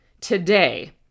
Today